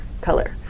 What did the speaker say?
color